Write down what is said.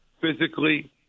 physically